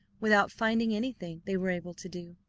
without finding anything they were able to do.